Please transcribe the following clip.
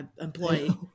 employee